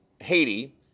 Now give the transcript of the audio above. Haiti